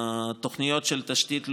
בתוכניות של תשתית לאומית,